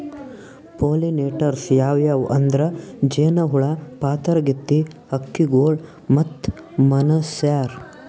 pollinators ಯಾವ್ಯಾವ್ ಅಂದ್ರ ಜೇನಹುಳ, ಪಾತರಗಿತ್ತಿ, ಹಕ್ಕಿಗೊಳ್ ಮತ್ತ್ ಮನಶ್ಯಾರ್